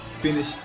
finish